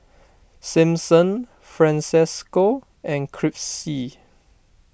Simpson Francesco and Crissy